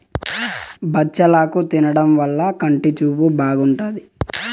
బచ్చలాకు తినడం వల్ల కంటి చూపు బాగుంటాది